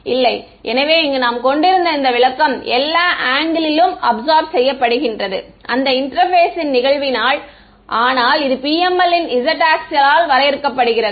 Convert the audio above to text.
இல்லை எனவே இங்கு நாம் கொண்டிருந்த இந்த விளக்கம் எல்லா ஆங்கிலிலும் அப்சார்ப் செய்யபடுகின்றது அந்த இன்டெர்பேசின் நிகழ்வினால் ஆனால் இது PML இன் z ஆக்ஸிஸ் ஆல் வரையறுக்கப்படுகிறது